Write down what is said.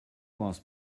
was